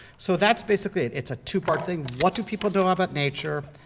so that's basically it. it's a two-part thing. what do people do about but nature?